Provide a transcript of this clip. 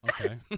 Okay